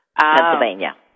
Pennsylvania